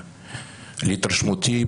להתרשמותי,